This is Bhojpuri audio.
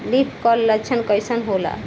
लीफ कल लक्षण कइसन होला?